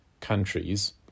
countries